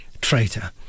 Traitor